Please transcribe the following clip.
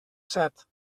set